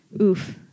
Oof